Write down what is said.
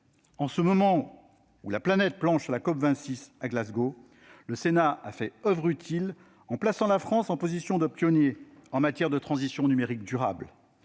en ce moment où la planète planche à Glasgow pour la COP26, le Sénat a fait oeuvre utile en plaçant la France en position de pionnière en matière de transition numérique durable.